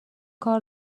کار